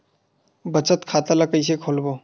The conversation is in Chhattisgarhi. बचत खता ल कइसे खोलबों?